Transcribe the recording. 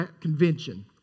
convention